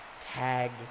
tag